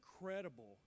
incredible